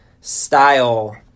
style